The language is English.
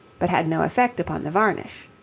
but had no effect upon the varnish.